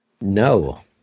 No